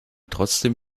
trotzdem